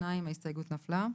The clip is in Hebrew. הצבעה בעד, 1 נגד, 2 נמנעים,